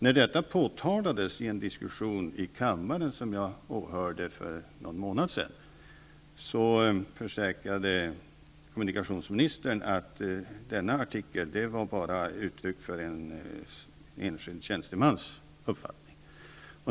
När detta påtalades i en diskussion i kammaren som jag åhörde för någon månad sedan, försäkrade kommunikationsministern att denna artikel bara var uttryck för en enskild tjänstemans uppfattning.